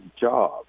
job